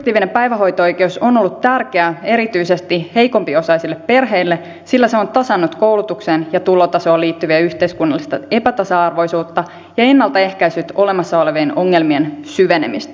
subjektiivinen päivähoito oikeus on ollut tärkeä erityisesti heikompiosaisille perheille sillä se on tasannut koulutukseen ja tulotasoon liittyvää yhteiskunnallista epätasa arvoisuutta ja ennalta ehkäissyt olemassa olevien ongelmien syvenemistä